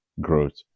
growth